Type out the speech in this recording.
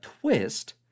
twist